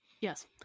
Yes